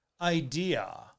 idea